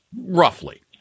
Roughly